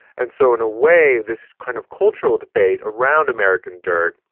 and so in a way, this kind of cultural debate around american dirt.